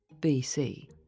BC